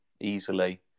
easily